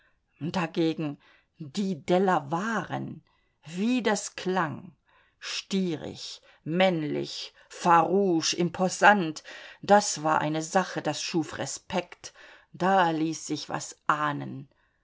dagegen die delawaren wie das klang stierig männlich farusch imposant das war eine sache das schuf respekt da ließ sich was ahnen